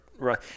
Right